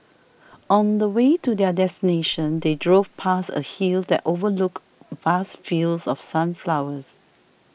on the way to their destination they drove past a hill that overlooked vast fields of sunflowers